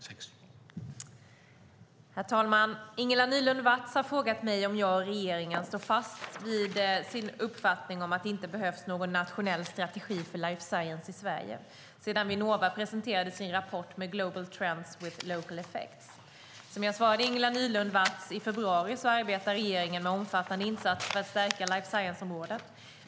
Herr talman! Ingela Nylund Watz har frågat mig om jag och regeringen står fast vid sin uppfattning att det inte behövs någon nationell strategi för life science i Sverige sedan Vinnova presenterade sin rapport Global Trends with Local Effects. Som jag svarade Ingela Nylund Watz i februari arbetar regeringen med omfattande insatser för att stärka life science-området.